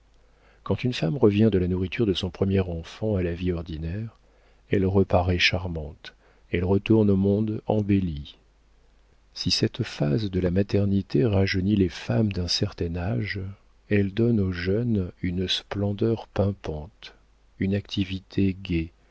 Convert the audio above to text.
quand une femme revient de la nourriture de son premier enfant à la vie ordinaire elle reparaît charmante elle retourne au monde embellie si cette phase de la maternité rajeunit les femmes d'un certain âge elle donne aux jeunes une splendeur pimpante une activité gaie